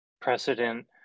precedent